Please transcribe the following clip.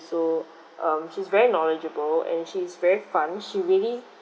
so um she's very knowledgeable and she's very fun she really